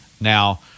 Now